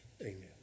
amen